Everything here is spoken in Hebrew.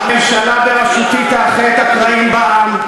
הממשלה בראשותי תאחה את הקרעים בעם,